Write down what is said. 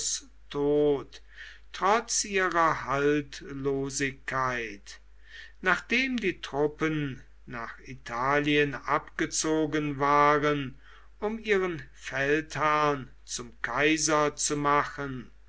trotz ihrer haltlosigkeit nachdem die truppen nach italien abgezogen waren um ihren feldherrn zum kaiser zu machen